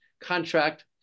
contract